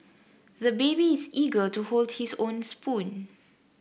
the baby is eager to hold his own spoon